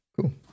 Cool